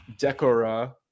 Decora